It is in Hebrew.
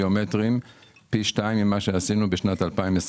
ביומטריים פי שניים ממה שעשינו ב-21'